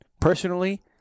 Personally